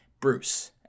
bruce